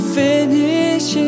finish